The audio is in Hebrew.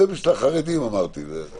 זה בשביל החרדים אמרתי את זה.